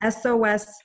SOS